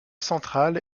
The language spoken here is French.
centrale